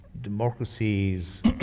democracies